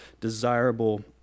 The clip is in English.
desirable